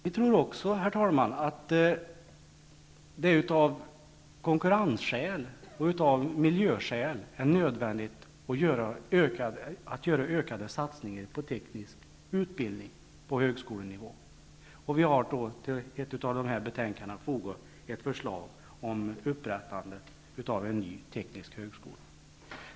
Vi tror också, herr talman, att det av konkurrensskäl och av miljöskäl är nödvändigt med ökade satsningar på teknisk utbildning på högskolenivå, och vi har till ett av de här betänkandena fogat ett förslag om upprättande av en ny teknisk högskola.